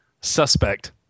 Suspect